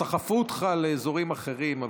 סחפו אותך לאזורים אחרים,